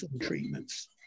treatments